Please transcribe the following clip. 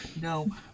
No